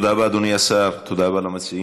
תודה רבה, אדוני השר, תודה רבה למציעים.